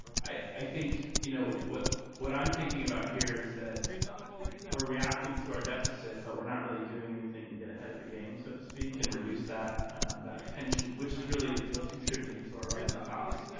i think, you know what what i'm thinking about here is that we're reacting to our deficit, but we're not really doing anything to get ahead of the game, so to speak, and reduce that that pension, which is really what's contributing to our rising costs.